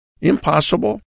Impossible